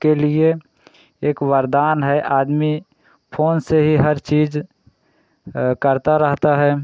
के लिए एक वरदान है आदमी फ़ोन से ही हर चीज़ करता रहता है